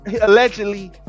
allegedly